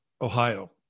Ohio